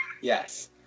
Yes